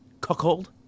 cuckold